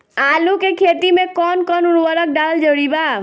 आलू के खेती मे कौन कौन उर्वरक डालल जरूरी बा?